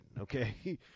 Okay